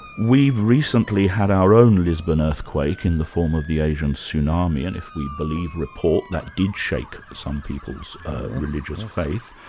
we've recently had our own lisbon earthquake in the form of the asian tsunami and, if we believe report, that did shake some people's religious faith,